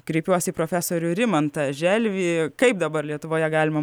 kreipiuosi į profesorių rimantą želvį kaip dabar lietuvoje galima